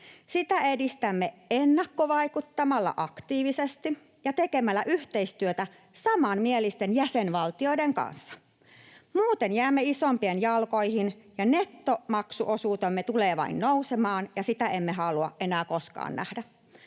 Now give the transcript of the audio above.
Sitä edistämme ennakkovaikuttamalla aktiivisesti ja tekemällä yhteistyötä samanmielisten jäsenvaltioiden kanssa. Muuten jäämme isompien jalkoihin ja nettomaksuosuutemme tulee vain nousemaan, ja sitä emme halua enää koskaan nähdä.